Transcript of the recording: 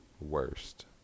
Worst